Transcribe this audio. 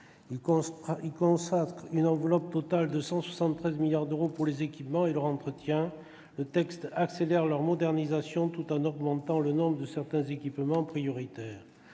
crédible. Une enveloppe totale de près de 173 milliards d'euros est consacrée aux équipements et à leur entretien. Le texte accélère leur modernisation, tout en augmentant le nombre de certains équipements prioritaires.